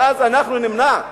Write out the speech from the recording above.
ואז אנחנו נמנע,